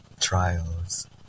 trials